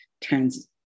turns